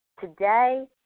today